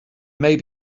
may